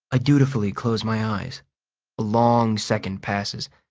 i dutifully close my eyes. a long second passes,